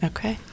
Okay